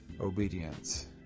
obedience